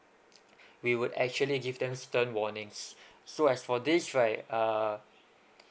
we would actually give them stern warnings so as for this right uh